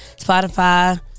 Spotify